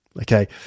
Okay